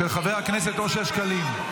של חבר הכנסת אושר שקלים.